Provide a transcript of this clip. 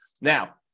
now